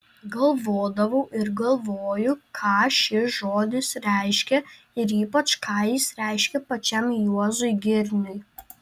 galvodavau ir galvoju ką šis žodis reiškia ir ypač ką jis reiškė pačiam juozui girniui